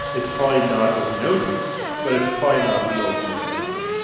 it's probably not of no use, but it's probably not the ultimate answer.